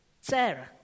Sarah